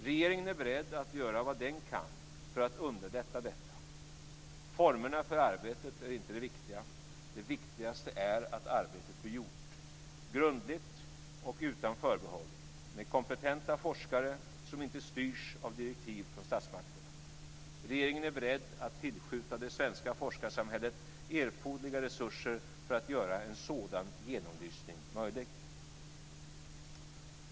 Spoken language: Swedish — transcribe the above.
Regeringen är beredd att göra vad den kan för att underlätta detta. Formerna för arbetet är inte det viktiga. Det viktigaste är att arbetet blir gjort, grundligt och utan förbehåll, av kompetenta forskare som inte styrs av direktiv från statsmakterna. Regeringen är beredd att tillskjuta det svenska forskarsamhället erforderliga resurser för att göra en sådan genomlysning möjlig.